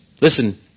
Listen